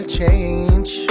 change